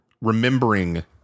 remembering